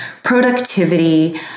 productivity